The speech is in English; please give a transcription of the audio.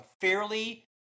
fairly